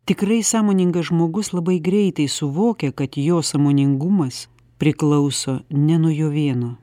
tikrai sąmoningas žmogus labai greitai suvokia kad jo sąmoningumas priklauso ne nuo jo vieno